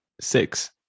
six